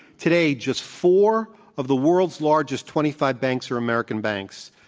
today, just four of the world's largest twenty five banks are american banks.